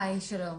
היי, שלום.